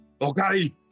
Okay